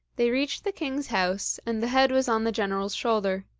they reached the king's house, and the head was on the general's shoulder.